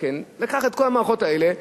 לקחת את כל המערכות האלה בקלות,